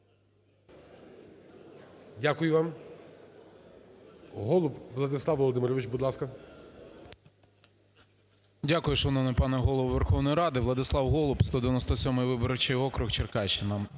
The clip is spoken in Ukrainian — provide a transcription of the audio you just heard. Дякую вам. Голуб Владислав Володимирович, будь ласка. 16:08:56 ГОЛУБ В.В. Дякую, шановний пане Голово Верховної Ради. Владислав Голуб, 197 виборчий округ, Черкащина.